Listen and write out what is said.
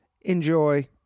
Enjoy